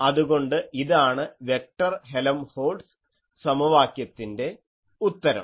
അതുകൊണ്ട് ഇതാണ് vector Helmholtz സമവാക്യത്തിൻറെ ഉത്തരം